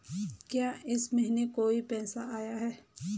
क्या इस महीने कोई पैसा आया है?